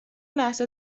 لحظه